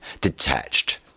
detached